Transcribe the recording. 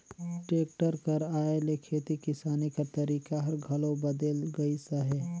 tractor कर आए ले खेती किसानी कर तरीका हर घलो बदेल गइस अहे